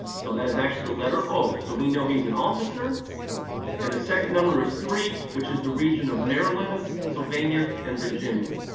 so that is actually the letter o. so we know he's an officer and the second number is three, which is the region of maryland, pennsylvania, and virginia.